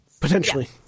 Potentially